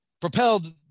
propelled